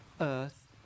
earth